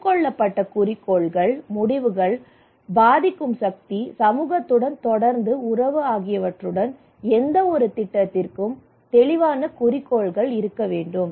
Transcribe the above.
ஒப்புக்கொள்ளப்பட்ட குறிக்கோள்கள் முடிவுகளை பாதிக்கும் சக்தி சமூகத்துடன் தொடர்ந்து உறவு ஆகியவற்றுடன் எந்தவொரு திட்டத்திற்கும் தெளிவான குறிக்கோள்கள் இருக்க வேண்டும்